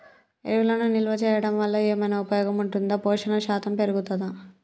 ఎరువులను నిల్వ చేయడం వల్ల ఏమైనా ఉపయోగం ఉంటుందా పోషణ శాతం పెరుగుతదా?